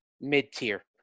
mid-tier